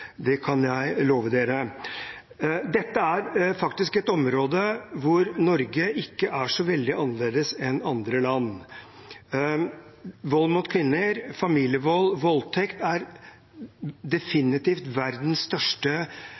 Det kan jeg love dere. Dette er faktisk et område hvor Norge ikke er så veldig annerledes enn andre land. Vold mot kvinner, familievold og voldtekt er definitivt verdens største